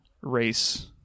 race